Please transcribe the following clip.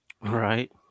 Right